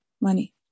Money